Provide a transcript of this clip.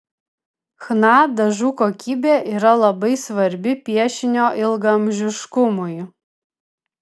chna dažų kokybė yra labai svarbi piešinio ilgaamžiškumui